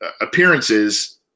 appearances